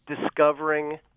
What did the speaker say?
discovering